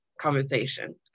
conversation